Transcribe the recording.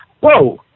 whoa